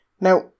Now